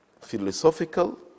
philosophical